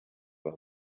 them